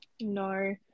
No